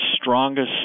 strongest